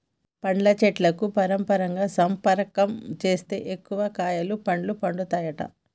పండ్ల చెట్లకు పరపరాగ సంపర్కం చేస్తే ఎక్కువ కాయలు పండ్లు పండుతాయట